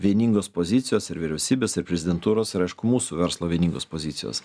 vieningos pozicijos ir vyriausybės ir prezidentūros ir aišku mūsų verslo vieningos pozicijos